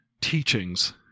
teachings